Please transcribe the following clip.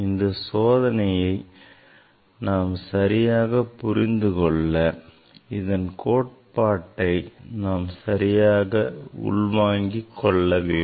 இந்த சோதனையை நாம் சரியாகப் புரிந்துகொள்ள இதன் கோட்பாட்டை நாம் சரியாக உள்வாங்கிக் கொள்ள வேண்டும்